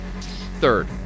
Third